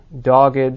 dogged